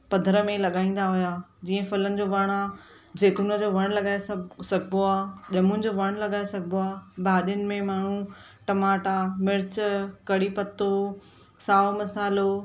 पधर में लगईंदा हुया जीअं फलनि जो वणु आहे ज़ेतुनि जो वणु लॻाए सघिबो आहे जामुन जो वणु लॻाए सघिबो आहे भाॼियुनि में माण्हू टमाटा मिर्च कढ़ी पतो साओ मसाल्हो